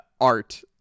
art